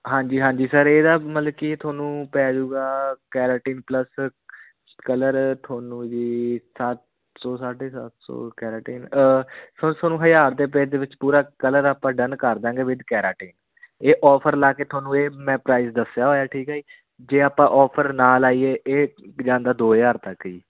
ਹਾਂਜੀ ਹਾਂਜੀ ਸਰ ਇਹਦਾ ਮਤਲਬ ਕਿ ਤੁਹਾਨੂੰ ਪੈਜੂਗਾ ਕੈਰਾਟਿਨ ਪਲੱਸ ਕਲਰ ਤੁਹਾਨੂੰ ਜੀ ਸੱਤ ਸੌ ਸਾਢੇ ਸੱਤ ਸੌ ਕੈਰਾਟੀਨ ਸਰ ਤੁਹਾਨੂੰ ਹਜ਼ਾਰ ਦੇ ਪੈਕ ਵਿੱਚ ਪੂਰਾ ਕਲਰ ਆਪਾਂ ਡਨ ਕਰਦਾਂਗੇ ਵਿੱਦ ਕੈਰਾਟੀਨ ਇਹ ਓਫਰ ਲਾ ਕੇ ਤੁਹਾਨੂੰ ਇਹ ਮੈਂ ਪ੍ਰਾਈਜ਼ ਦੱਸਿਆ ਹੋਇਆ ਠੀਕ ਹੈ ਜੀ ਜੇ ਆਪਾਂ ਓਫਰ ਨਾ ਲਾਈਏ ਇਹ ਜਾਂਦਾ ਦੋ ਹਜ਼ਾਰ ਤੱਕ ਜੀ